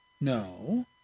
No